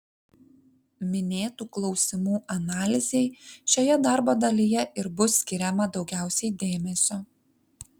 minėtų klausimų analizei šioje darbo dalyje ir bus skiriama daugiausiai dėmesio